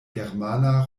germana